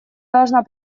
должна